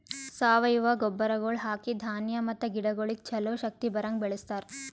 ಸಾವಯವ ಗೊಬ್ಬರಗೊಳ್ ಹಾಕಿ ಧಾನ್ಯ ಮತ್ತ ಗಿಡಗೊಳಿಗ್ ಛಲೋ ಶಕ್ತಿ ಬರಂಗ್ ಬೆಳಿಸ್ತಾರ್